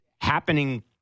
happening